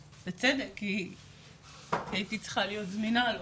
בצדק, כי הייתי צריכה להיות זמינה לו.